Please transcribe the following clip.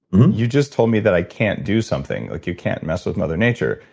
you just told me that i can't do something, like you can't mess with mother nature.